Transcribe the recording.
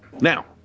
Now